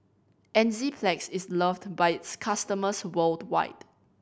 Enzyplex is loved by its customers worldwide